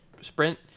sprint